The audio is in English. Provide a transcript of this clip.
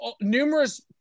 numerous